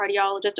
cardiologist